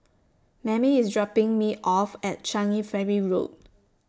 Mammie IS dropping Me off At Changi Ferry Road